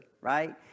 right